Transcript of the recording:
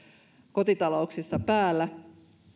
kotitalouksissa